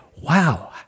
wow